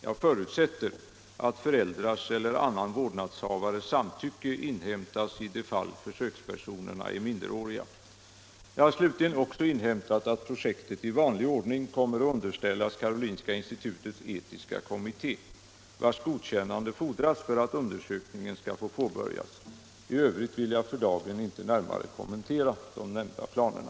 Jag förutsätter att föräldrars eller annan vårdnadshavares samtycke inhämtas i de fall försökspersonerna är minderåriga. Jag har slutligen också inhämtat att projektet i vanlig ordning kommer att underställas Karolinska institutets etiska kommitté, vars godkännande fordras för att undersökningen skall få påbörjas. I övrigt vill jag för dagen inte närmare kommentera de nämnda planerna.